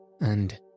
and